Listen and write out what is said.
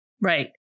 Right